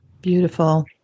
Beautiful